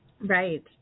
Right